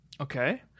Okay